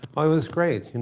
but was great.